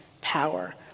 power